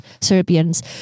Serbians